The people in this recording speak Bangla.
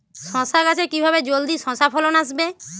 শশা গাছে কিভাবে জলদি শশা ফলন আসবে?